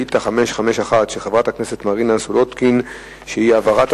ביום ט"ו בכסלו התש"ע (2 בדצמבר 2009): ראשי היישוב